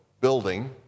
building